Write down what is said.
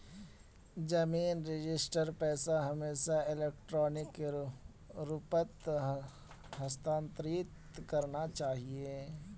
जमीन रजिस्ट्रीर पैसा हमेशा इलेक्ट्रॉनिक रूपत हस्तांतरित करना चाहिए